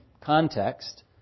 context